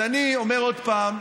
אני אומר עוד פעם: